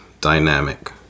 dynamic